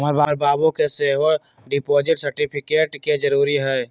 हमर बाबू के सेहो डिपॉजिट सर्टिफिकेट के जरूरी हइ